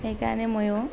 সেইকাৰণে ময়ো